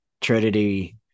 trinity